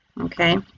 okay